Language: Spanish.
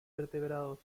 vertebrados